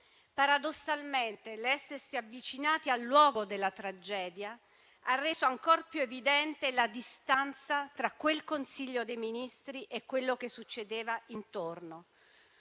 Paradossalmente, l'essersi avvicinati al luogo della tragedia ha reso ancor più evidente la distanza tra quel Consiglio dei ministri e quello che succedeva intorno.